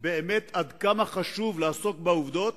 באמת עד כמה חשוב לעסוק בעובדות,